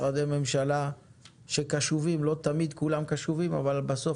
לא תמיד כל משרדי הממשלה קשובים אבל בסוף